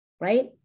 right